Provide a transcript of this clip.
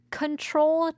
control